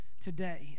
today